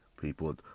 people